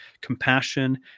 compassion